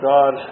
God